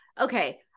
Okay